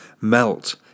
melt